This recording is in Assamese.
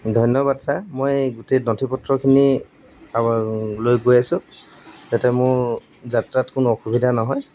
ধন্যবাদ ছাৰ মই গোটেই নথি পত্ৰখিনি লৈ গৈ আছোঁ যাতে মোৰ যাত্ৰাত কোনো অসুবিধা নহয়